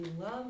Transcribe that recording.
love